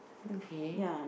okay